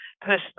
personal